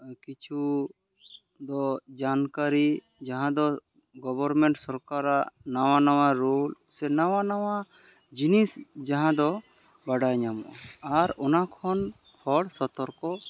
ᱠᱤᱪᱷᱩ ᱫᱚ ᱡᱟᱱᱠᱟᱨᱤ ᱡᱟᱦᱟᱸ ᱫᱚ ᱜᱚᱵᱚᱨᱢᱮᱱᱴ ᱥᱚᱨᱠᱟᱨᱟᱜ ᱱᱟᱣᱟ ᱱᱟᱣᱟ ᱨᱩᱞ ᱥᱮ ᱱᱟᱣᱟ ᱱᱟᱣᱟ ᱡᱤᱱᱤᱥ ᱡᱟᱦᱟᱸ ᱫᱚ ᱵᱟᱰᱟᱭ ᱧᱟᱢᱚᱜᱼᱟ ᱟᱨ ᱚᱱᱟ ᱠᱷᱚᱱ ᱦᱚᱲ ᱥᱚᱛᱚᱨᱠᱚ